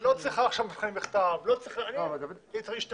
אני לא צריכה עכשיו מבחנים בכתב,